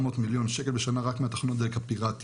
400 מליון שקל בשנה רק מהתחנות הפיראטיות.